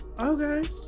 okay